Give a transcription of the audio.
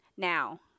Now